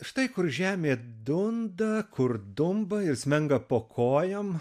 štai kur žemė dunda kur dumba ir smenga po kojom